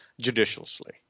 judiciously